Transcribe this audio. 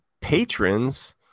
patrons